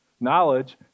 Knowledge